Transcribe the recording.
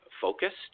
focused